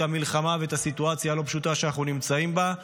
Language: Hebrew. המלחמה ואת הסיטואציה הלא-פשוטה שאנחנו נמצאים בה,